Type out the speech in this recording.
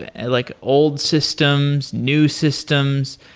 and like old systems, new systems,